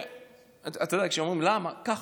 אתה יודע, אומרים: למה, ככה.